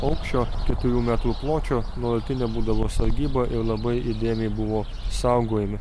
aukščio keturių metrų pločio nuolatinė būdavo sargybą ir labai įdėmiai buvo saugojami